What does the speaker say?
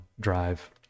Drive